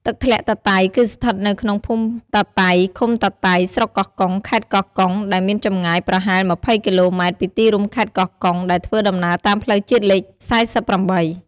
ទឹកធ្លាក់តាតៃ គឺស្ថិតនៅក្នុងភូមិតាតៃ ឃុំតាតៃ ស្រុកកោះកុង ខេត្តកោះកុង ដែលមានចម្ងាយប្រហែល២០គីឡូម៉ែត្រពីទីរួមខេត្តកោះកុង ដែលធ្វើដំណើរតាមផ្លូវជាតិលេខ៤៨។